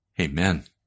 Amen